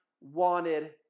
wanted